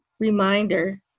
reminder